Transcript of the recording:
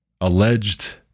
alleged